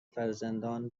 فرزندان